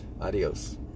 adios